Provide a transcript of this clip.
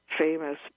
famous